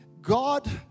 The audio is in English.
God